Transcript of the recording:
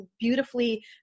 beautifully